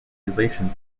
relation